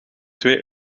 twee